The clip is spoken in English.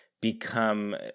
become